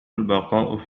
البقاء